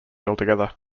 altogether